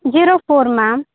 zero four ma'am